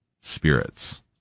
spirits